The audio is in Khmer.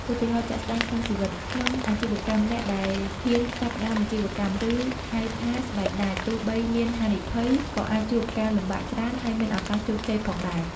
ឧទាហរណ៍ ជាក់ស្ដែងក្នុងជីវិត ក្នុងអាជីវកម្ម អ្នកដែលហ៊ានចាប់ផ្ដើមអាជីវកម្ម ឬហៅថា ស្បែកដាច ទោះបីមានហានិភ័យ ក៏អាចជួបការលំបាកច្រើន ហើយមានឱកាសជោគជ័យផងដែរ។